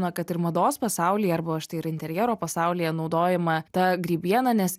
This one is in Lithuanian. na kad ir mados pasaulyje arba štai ir interjero pasaulyje naudojama ta grybiena nes